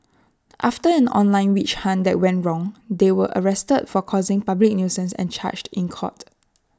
after an online witch hunt that went wrong they were arrested for causing public nuisance and charged in court